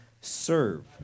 serve